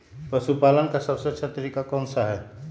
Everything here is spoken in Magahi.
पशु पालन का सबसे अच्छा तरीका कौन सा हैँ?